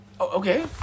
Okay